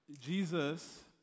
Jesus